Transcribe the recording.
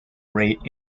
rate